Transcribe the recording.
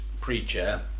Preacher